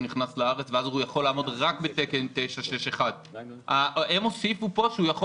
נכנס לארץ ואז הוא יכול לעמוד רק בתקן 961. הם הוסיפו פה שהוא יכול